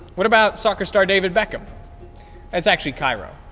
what about soccer star david beckham it's actually cairo,